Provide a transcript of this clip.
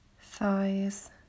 thighs